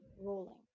rolling